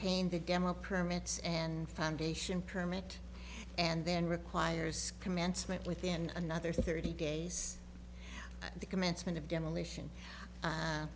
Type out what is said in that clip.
tain the demo permits and foundation permit and then requires commencement within another thirty days of the commencement of demolition